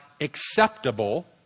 acceptable